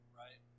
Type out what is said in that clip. right